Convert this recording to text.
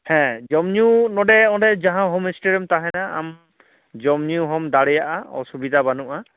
ᱦᱮᱸ ᱡᱚᱢ ᱧᱩ ᱱᱚᱰᱮ ᱚᱸᱰᱮ ᱡᱟᱦᱟᱸ ᱦᱳᱢᱥᱴᱮ ᱨᱮᱢ ᱛᱟᱦᱮᱱᱟ ᱟᱢ ᱡᱚᱢ ᱧᱩ ᱦᱚᱸᱢ ᱫᱟᱲᱮᱭᱟᱜᱼᱟ ᱚᱥᱩᱵᱤᱫᱟ ᱵᱟᱹᱱᱩᱜᱼᱟ